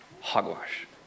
Hogwash